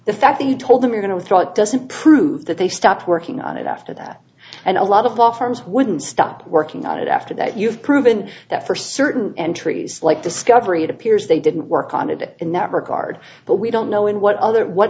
the fact that you told them we're going to withdraw it doesn't prove that they stopped working on it after that and a lot of law firms wouldn't stop working on it after that you have proven that for certain entries like discovery it appears they didn't work on it in that regard but we don't know in what other what